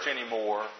anymore